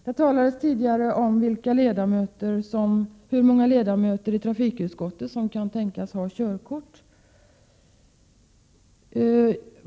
Det diskuterades tidigare hur många ledamöter i trafikutskottet som kan tänkas ha körkort.